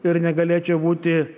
ir negalėčiau būti